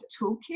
toolkit